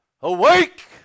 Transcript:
awake